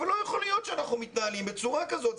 אבל לא יכול להיות שאנחנו מתנהלים בצורה כזאת.